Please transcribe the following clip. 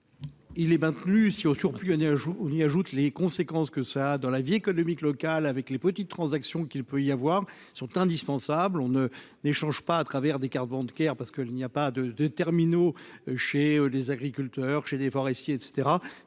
Il est pas plus si au surplus un jour on y ajoute les conséquences que ça dans la vie économique locale avec les petites transactions qu'il peut y avoir sont indispensables, on ne les change pas à travers des cartes bancaires, parce qu'il n'y a pas de de terminaux chez les agriculteurs chez des forestiers et